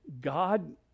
God